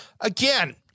again